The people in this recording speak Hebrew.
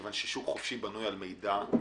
כי שוק חופשי בנוי על מידע משוכלל,